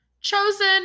chosen